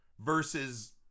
versus